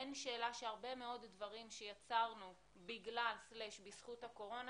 אין שאלה שהרבה מאוד דברים שיצרנו בגלל/בזכות הקורונה,